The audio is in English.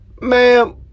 ma'am